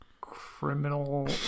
criminal